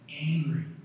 angry